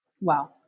Wow